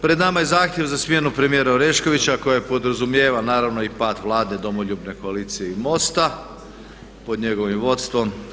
Pred nama je zahtjev za smjenu premijera Oreškovića koja podrazumijeva naravno i pad Vlade Domoljubne koalicije i MOST-a pod njegovim vodstvom.